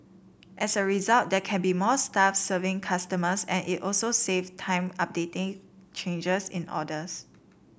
as a result there can be more staff serving customers and it also save time updating changes in orders